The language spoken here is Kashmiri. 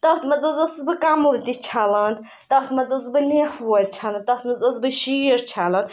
تَتھ منٛز حظ ٲسٕس بہٕ کَملہٕ تہِ چھَلان تَتھ منٛز ٲسٕس بہٕ لینٛفہٕ وورِ چھَلان تَتھ مںٛز ٲسٕس بہٕ شیٖٹ چھَلان